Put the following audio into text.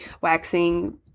waxing